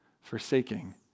forsaking